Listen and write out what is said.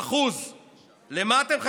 21%. למה אתם מחכים?